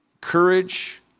courage